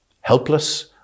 Helpless